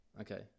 Okay